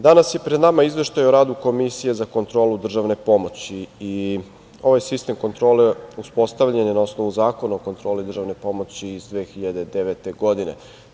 Danas je pred nama Izveštaj o radu Komisije za kontrolu države pomoći i ovaj sistem kontrole uspostavljen je na osnovu Zakona o kontroli države pomoći 2009. godine.